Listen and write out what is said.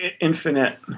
infinite